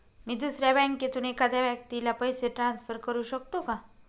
मी दुसऱ्या बँकेतून एखाद्या व्यक्ती ला पैसे ट्रान्सफर करु शकतो का?